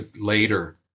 later